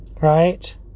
right